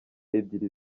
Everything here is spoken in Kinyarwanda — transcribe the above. ebyiri